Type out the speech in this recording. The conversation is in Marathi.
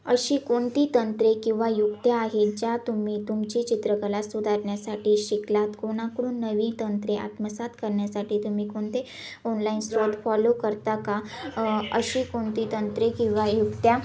अशी कोणती तंत्रे किंवा युक्त्या आहेत ज्या तुम्ही तुमची चित्रकला सुधारण्यासाठी शिकलात कोणाकडून नवीन तंत्रे आत्मसात करण्यासाठी तुम्ही कोणते ऑनलाईन स्रोत फॉलो करता का अशी कोणती तंत्रे किंवा युक्त्या